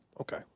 Okay